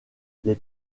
les